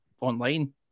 online